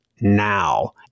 now